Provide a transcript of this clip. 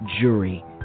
jury